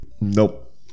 Nope